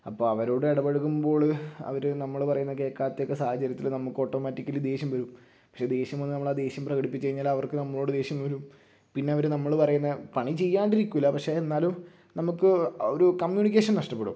അപ്പം അവരോട് ഇടപഴകുമ്പോൾ അവർ നമ്മൾ പറയുന്നത് കേൾക്കാത്തൊക്കെ സാഹചര്യത്തിൽ നമുക്ക് ഓട്ടോമാറ്റിക്കലി ദേഷ്യം വരും പക്ഷെ ദേഷ്യം വന്നാൽ നമ്മളാ ദേഷ്യം പ്രകടിപ്പിച്ച് കഴിഞ്ഞാൽ അവർക്ക് നമ്മളോട് ദേഷ്യം വരും പിന്നെ അവർ നമ്മൾ പറയുന്ന പണി ചെയ്യാണ്ടിരിക്കില്ല പക്ഷെ എന്നാലും നമുക്ക് ഒരു കമ്മ്യൂണിക്കേഷൻ നഷ്ടപ്പെടും